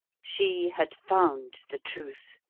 she had found the truth,